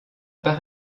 pas